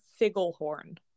Figglehorn